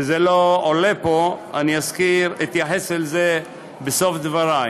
וזה לא עולה פה, ואני אתייחס לזה בסוף דברי.